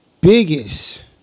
biggest